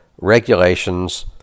regulations